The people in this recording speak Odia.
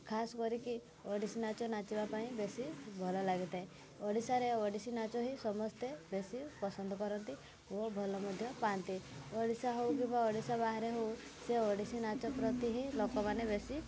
ଖାସ୍ କରିକି ଓଡ଼ିଶୀ ନାଚ ନାଚିବା ପାଇଁ ବେଶୀ ଭଲ ଲାଗିଥାଏ ଓଡ଼ିଶାରେ ଓଡ଼ିଶୀ ନାଚ ହିଁ ସମସ୍ତେ ବେଶୀ ପସନ୍ଦ କରନ୍ତି ଓ ଭଲ ମଧ୍ୟ ପାଆନ୍ତି ଓଡ଼ିଶା ହଉ କିମ୍ବା ଓଡ଼ିଶା ବାହାରେ ହଉ ସେ ଓଡ଼ିଶୀ ନାଚ ପ୍ରତି ହିଁ ଲୋକମାନେ ବେଶୀ